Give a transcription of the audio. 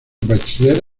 bachiller